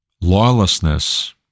lawlessness